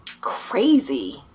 Crazy